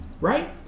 Right